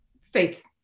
faith